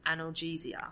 analgesia